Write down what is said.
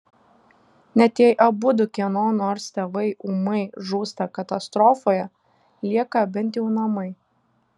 net jei abudu kieno nors tėvai ūmai žūsta katastrofoje lieka bent jau namai